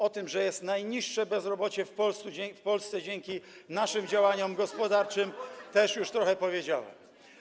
O tym, że jest najniższe bezrobocie w Polsce dzięki naszym działaniom gospodarczym, też już trochę powiedziałem.